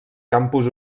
campus